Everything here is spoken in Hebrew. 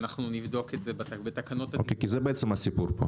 כי זה הסיפור.